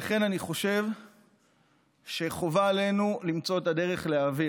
לכן אני חושב שחובה עלינו למצוא את הדרך להעביר.